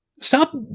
Stop